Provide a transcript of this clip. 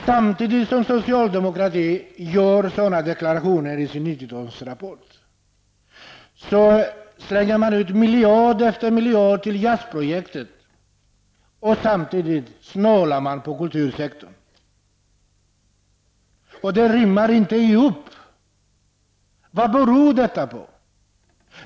Samtidigt som socialdemokratin gör sådana där deklarationer i 90 talsrapporten slängs det ut miljard efter miljard till JAS-projektet. Man snålar när det gäller kultursektorn. Detta rimmar inte. Vad beror det här på?